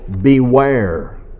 beware